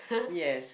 yes